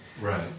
Right